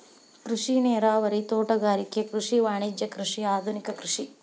ಕೃಷಿ ನೇರಾವರಿ, ತೋಟಗಾರಿಕೆ ಕೃಷಿ, ವಾಣಿಜ್ಯ ಕೃಷಿ, ಆದುನಿಕ ಕೃಷಿ